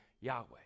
Yahweh